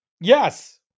Yes